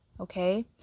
Okay